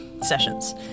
sessions